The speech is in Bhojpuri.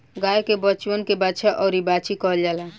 गाय के बचवन के बाछा अउरी बाछी कहल जाला